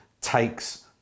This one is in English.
takes